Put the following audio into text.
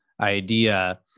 idea